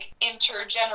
intergenerational